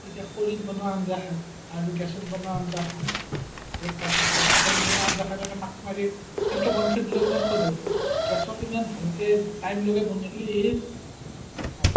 এতিয়া খৰিত বনোৱা আঞ্জাখন আৰু গেছত বনোৱা আঞ্জাখন বহুত পাৰ্থক্য আছে খৰিত বনোৱা আঞ্জাখন এনেই পাকমাৰি সেনকৈ বনাই থৈ দিলেও কিমান সোৱাদ হয় গেছত ইমান ভালকৈ টাইম লগাই বনালেও ভাল